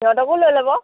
সিহঁতকো লৈ ল'ব